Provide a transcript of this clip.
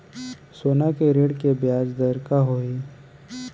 सोना के ऋण के ब्याज दर का होही?